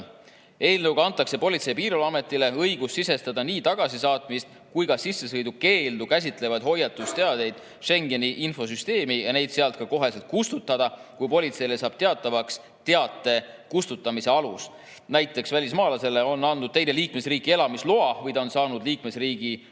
Eelnõuga antakse Politsei‑ ja Piirivalveametile õigus sisestada nii tagasisaatmist kui ka sissesõidukeeldu käsitlevaid hoiatusteateid Schengeni infosüsteemi ja neid sealt ka kohe kustutada, kui politseile saab teatavaks teate kustutamise alus, näiteks välismaalasele on vahepeal andnud teine liikmesriiki elamisloa või ta on saanud liikmesriigi kodakondsuse.